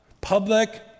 public